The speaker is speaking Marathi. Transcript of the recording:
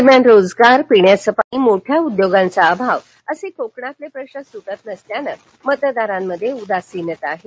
दरम्यान रोजगार पिण्याचं पाणी मोठ्या उद्योगांचा अभाव असे कोकणातले प्रश्न सुटत नसल्यानं मतदारांमध्ये उदासीनता आहे